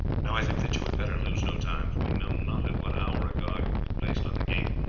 now i think that you had better lose no time, for we know not at what hour a guard will be placed on the gate.